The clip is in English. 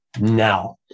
now